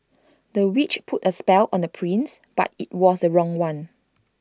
the witch put A spell on the prince but IT was the wrong one